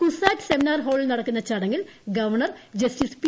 CUSAT seminar ഹാ്ളിൽ നടക്കുന്ന ചടങ്ങിൽ ഗവർണർ ജസ്റ്റിസ് പി